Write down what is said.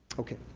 okay,